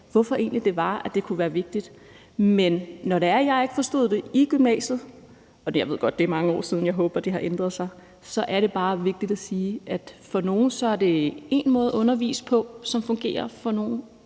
hvorfor det egentlig var, at det kunne være vigtigt. Men når jeg ikke forstod det i gymnasiet – og jeg ved godt, det er mange år siden; jeg håber, det har ændret sig – så er det bare vigtigt at sige, at for nogle er det én måde at undervise på, som fungerer, og for nogle